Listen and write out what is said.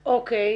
אוקיי.